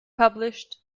published